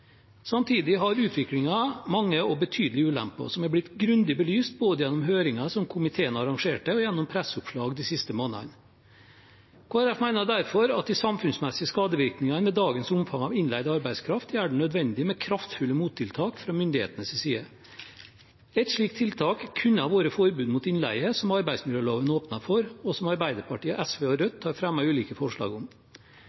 Samtidig har utviklingen mange og betydelige ulemper, som er blitt grundig belyst, både gjennom høringen som komiteen arrangerte, og gjennom presseoppslag de siste månedene. Kristelig Folkeparti mener derfor at de samfunnsmessige skadevirkningene ved dagens omfang av innleid arbeidskraft gjør det nødvendig med kraftfulle mottiltak fra myndighetenes side. Et slikt tiltak kunne ha vært forbud mot innleie, som arbeidsmiljøloven åpner for, og som Arbeiderpartiet, SV og